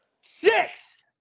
Six